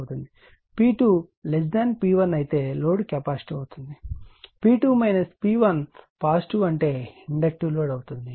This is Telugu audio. P2 P1 అయితే లోడ్ కెపాసిటివ్ అవుతుంది P2 P1 పాజిటివ్ అంటే ఇండక్టివ్ లోడ్ అవుతుంది